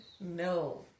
No